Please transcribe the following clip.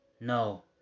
No